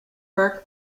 burke